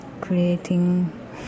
creating